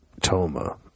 Toma